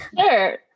Sure